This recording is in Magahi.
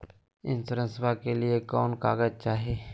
इंसोरेंसबा के लिए कौन कागज चाही?